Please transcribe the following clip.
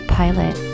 pilot